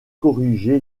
corriger